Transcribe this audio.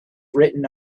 written